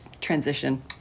transition